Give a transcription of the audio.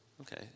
Okay